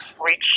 reach